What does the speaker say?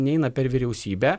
neina per vyriausybę